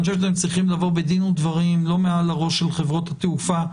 חושב שאתם צריכים לבוא בדין ודברים לא מעל הראש של חברות התעופה,